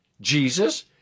Jesus